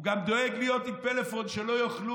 הוא גם דואג להיות עם פלאפון שלא יוכלו